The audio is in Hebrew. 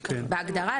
בהגדרה,